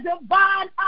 divine